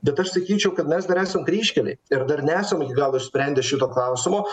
bet aš sakyčiau kad mes dar esam kryžkelėj ir dar nesam iki galo išsprendę šito klausimo